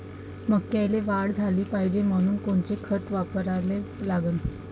मक्याले वाढ झाली पाहिजे म्हनून कोनचे खतं वापराले लागन?